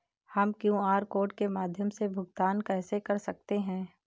हम QR code के माध्यम से भुगतान कैसे कर सकते हैं?